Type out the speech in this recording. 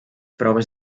proves